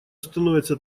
становится